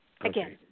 again